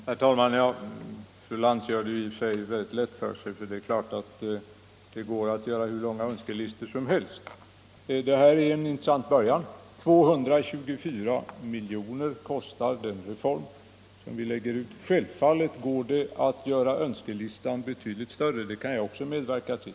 Herr talman! Fru Lantz gör det lätt för sig — det går ju att göra hur långa önskelistor som helst. Det här är en viktig början. 224 miljoner kostar den reform vi lägger fram. Självfallet går det att göra önskelistan betydligt längre, det skulle jag också kunna medverka till.